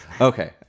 Okay